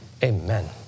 Amen